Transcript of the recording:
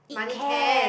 money can